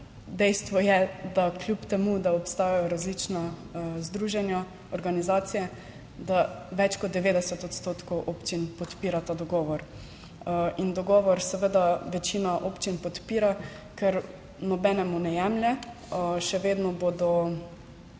dejstvo je, da kljub temu, da obstajajo različna združenja, organizacije, da več kot 90 odstotkov občin podpira ta dogovor, in dogovor seveda večina občin podpira, ker nobenemu ne jemlje še vedno bodo